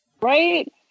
Right